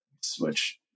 Switch